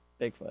Bigfoot